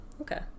Okay